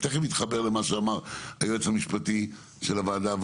אני תכף מתחבר למה שאמר היועץ המשפטי של הוועדה,